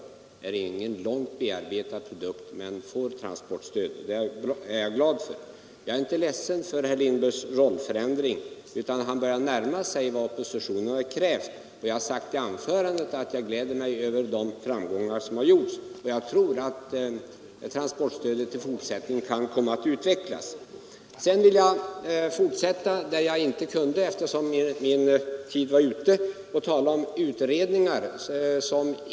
Dessa är inga långt bearbetade produkter, men det utgår transportstöd för dem, och det är jag glad för. Jag är vidare inte ledsen över herr Lindbergs rollförändring, eftersom han nu börjar närma sig vad oppositionen har krävt. Jag sade i mitt anförande att jag gläder mig över de framsteg som har gjorts, och jag tror att transportstödet i fortsättningen kan komma att vidareutvecklas. Jag vill härefter fortsätta med att säga det som jag inte hann framföra i min förra replik, eftersom min tid då var ute.